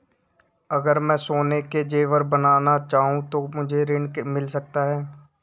अगर मैं सोने के ज़ेवर बनाना चाहूं तो मुझे ऋण मिल सकता है?